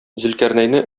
зөлкарнәйне